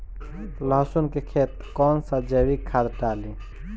लहसुन के खेत कौन सा जैविक खाद डाली?